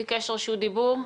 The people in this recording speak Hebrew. הוא ביקש רשות דיבור.